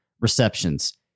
receptions